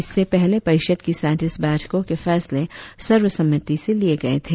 इससे पहले परिषद की सैंतीस बैठकों के फैसले सर्वसम्मति से लिए गए थे